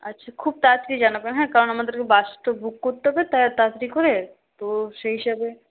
আচ্ছা খুব তাড়াতাড়ি জানাবেন হ্যাঁ কারণ আমাদেরকে বাস তো বুক করতে হবে তা তাড়াতাড়ি করে তো সে হিসাবে